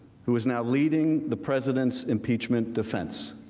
who is now leading the president's impeachment defense.